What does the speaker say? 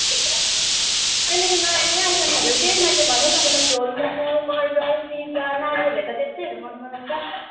अहिलेको नामी आइटेमहरू त्यही मैले भनेँ तपाईँलाई झोल मोमो बर्गर पिज्जा नानीहरूले त त्यस्तैहरू मन पराउँछ